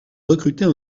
recruter